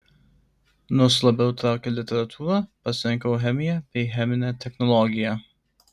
nors labiau traukė literatūra pasirinkau chemiją bei cheminę technologiją